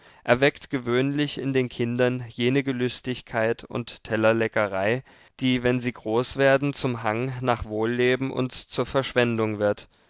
erweckt gewöhnlich in den kindern jene gelüstigkeit und tellerleckerei die wenn sie groß werden zum hang nach wohlleben und zur verschwendung wird